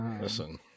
Listen